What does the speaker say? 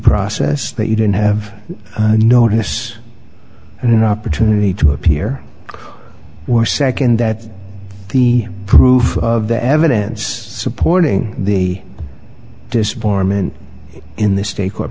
process that you didn't have notice and an opportunity to appear were second that the proof of the evidence supporting the disbarment in the state court